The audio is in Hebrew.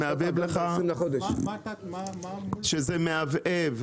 נאמר לי שזה מהבהב,